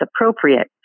appropriate